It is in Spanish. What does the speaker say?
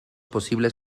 posibles